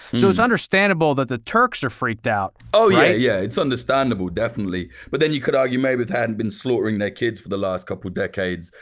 so it's understandable that the turks are freaked out, right? oh, yeah, yeah. it's understandable, definitely. but then you could argue maybe they hadn't been slaughtering their kids for the last couple of decades,